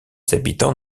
habitants